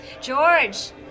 George